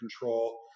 control